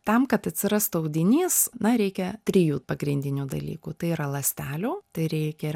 tam kad atsirastų audinys na reikia trijų pagrindinių dalykų tai yra ląstelių tai reikia ir